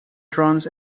drums